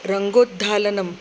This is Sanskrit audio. रङ्गोद्धालनम्